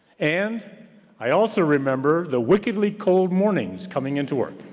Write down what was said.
and i also remember the wickedly cold mornings coming into work,